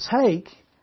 take